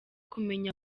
kumenya